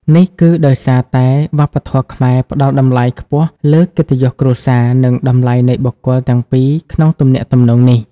នេះគឺដោយសារតែវប្បធម៌ខ្មែរផ្តល់តម្លៃខ្ពស់លើ កិត្តិយសគ្រួសារ និងតម្លៃនៃបុគ្គលទាំងពីរក្នុងទំនាក់ទំនងនេះ។